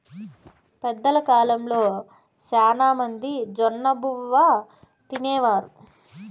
పెద్దల కాలంలో శ్యానా మంది జొన్నబువ్వ తినేవారు